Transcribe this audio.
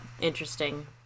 interesting